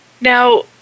Now